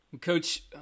Coach